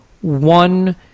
one